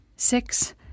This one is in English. Six